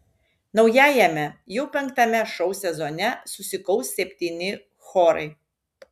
naujajame jau penktame šou sezone susikaus septyni chorai